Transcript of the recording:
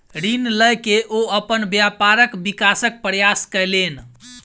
ऋण लय के ओ अपन व्यापारक विकासक प्रयास कयलैन